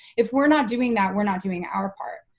if we're not doing that we're not doing our part.